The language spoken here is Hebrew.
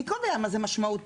מי קובע מה זה משמעותית?